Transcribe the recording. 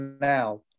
now